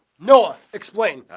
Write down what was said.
noah, explain.